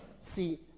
see